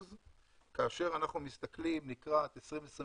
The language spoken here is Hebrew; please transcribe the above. כאשר מסתכלים לקראת 2024